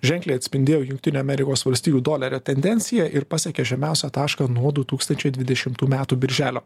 ženkliai atspindėjo jungtinių amerikos valstijų dolerio tendenciją ir pasiekė žemiausią tašką nuo du tūkstančiai dvidešimtų metų birželio